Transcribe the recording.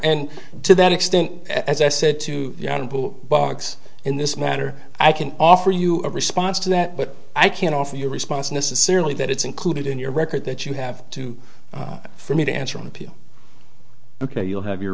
and to that extent as i said to bugs in this matter i can offer you a response to that but i can't offer your response necessarily that it's included in your record that you have to for me to answer on appeal ok you'll have your